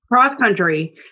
cross-country